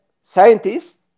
scientists